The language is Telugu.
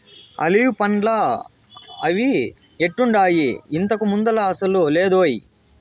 ఆలివ్ పండ్లా అవి ఎట్టుండాయి, ఇంతకు ముందులా అసలు లేదోయ్